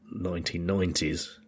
1990s